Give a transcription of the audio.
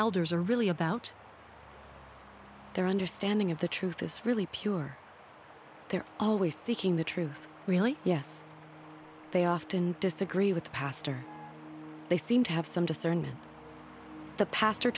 elders are really about their understanding of the truth this really pure they're always seeking the truth really yes they often disagree with pastor they seem to have some discernment the pastor